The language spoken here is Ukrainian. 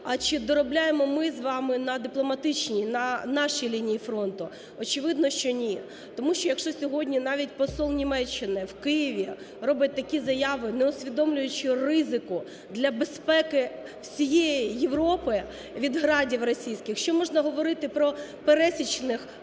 А чи доробляємо ми з вами на дипломатичній, на нашій лінії фронту? Очевидно, що ні. Тому що, якщо сьогодні навіть посол Німеччини в Києві робить такі заяви, не усвідомлюючи ризику для безпеки всієї Європи від "Градів" російських, що можна говорити про пересічних депутатів